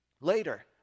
later